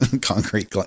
concrete